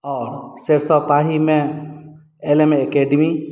आओर सरिसब पाहीमे एल एम एकेडमी